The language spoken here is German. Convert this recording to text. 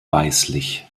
weißlich